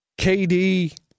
KD